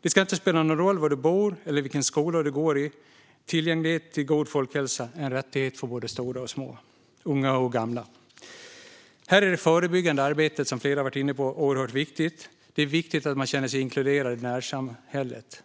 Det ska inte spela någon roll var man bor eller vilken skola man går i; tillgänglighet till god folkhälsa är en rättighet för både stora och små, unga och gamla. Här är det förebyggande arbetet oerhört viktigt, vilket flera har varit inne på. Det är viktigt att man känner sig inkluderad i närsamhället.